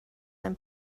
and